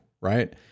Right